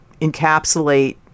encapsulate